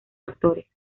actores